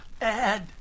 Ed